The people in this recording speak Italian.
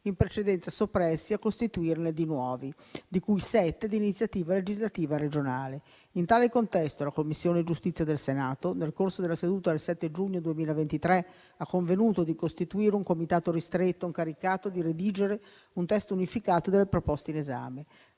in precedenza soppressi e a costituirne di nuovi, di cui sette di iniziativa legislativa regionale. In tale contesto, la Commissione giustizia del Senato, nel corso della seduta del 7 giugno 2023, ha convenuto di costituire un comitato ristretto, incaricato di redigere un testo unificato delle proposte in esame.